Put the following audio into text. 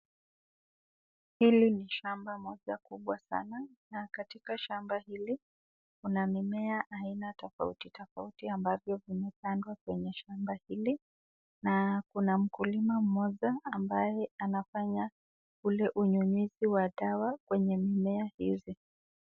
Hili ni shamba moja kubwa sana. Na katika shamba hili, kuna mimea aina tofauti tofauti ambazo zimepandwa kwenye shamba hili. Na kuna mkulima mmoja ambaye anafanya ule unyunyizi wa dawa kwenye mimea hizi.